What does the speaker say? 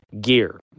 gear